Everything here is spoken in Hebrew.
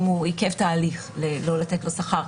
אם הוא עיכב תהליך לא לתת לו שכר.